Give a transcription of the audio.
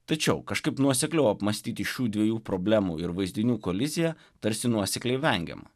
tačiau kažkaip nuosekliau apmąstyti šių dviejų problemų ir vaizdinių koliziją tarsi nuosekliai vengiama